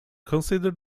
consider